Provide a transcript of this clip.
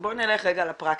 בוא נלך רגע לפרקטיקה,